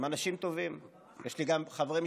חברת הכנסת אורנה